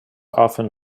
often